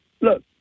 Look